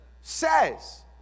says